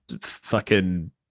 fucking-